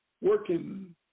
working